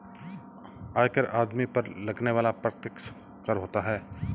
आयकर आमदनी पर लगने वाला प्रत्यक्ष कर होता है